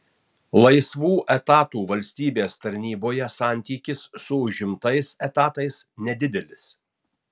laisvų etatų valstybės tarnyboje santykis su užimtais etatais nedidelis